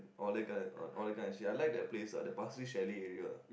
all that kind all that kinda shit I like that place ah the Pasir-Ris chalet area ah